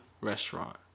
restaurant